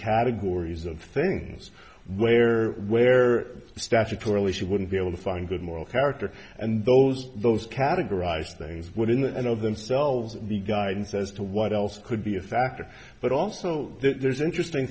categories of things where where statutorily she wouldn't be able to find good moral character and those those categorize things would in and of themselves be guidance as to what else could be a factor but also there's interesting